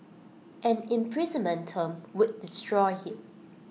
an imprisonment term would destroy him